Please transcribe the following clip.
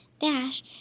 Dash